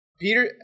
Peter